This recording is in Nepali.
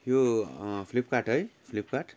यो फ्लिपकार्ट है फ्लिपकार्ट